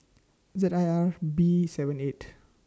Z I R B seven eight